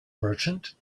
merchant